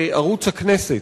בערוץ הכנסת,